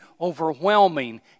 overwhelming